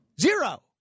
Zero